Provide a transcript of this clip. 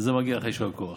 על זה מגיע לך יישר כוח.